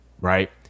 right